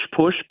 push